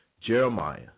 Jeremiah